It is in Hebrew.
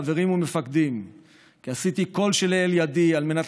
חברים ומפקדים כי עשיתי כל שלאל ידי על מנת